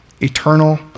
eternal